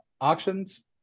Auctions